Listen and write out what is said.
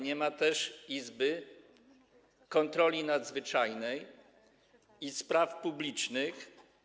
Nie ma też Izby Kontroli Nadzwyczajnej i Spraw Publicznych.